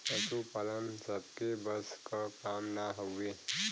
पसुपालन सबके बस क काम ना हउवे